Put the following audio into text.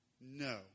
No